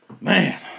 Man